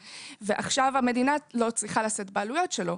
ועכשיו המדינה לא צריכה לשאת בעלויות שלו.